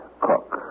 cook